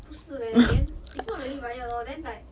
不是 leh then it's not really riot lor then like